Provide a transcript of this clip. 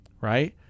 right